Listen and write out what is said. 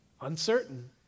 Uncertain